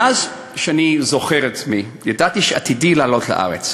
מאז אני זוכר את עצמי, ידעתי שעתידי לעלות לארץ.